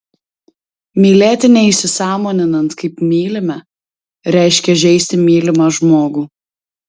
mylėti neįsisąmoninant kaip mylime reiškia žeisti mylimą žmogų